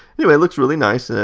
yeah looks really nice. ah